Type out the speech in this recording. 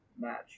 match